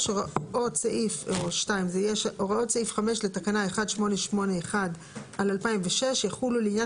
הוראות סעיף 5 לתקנה 1881/2006 יחולו לעניין